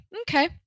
okay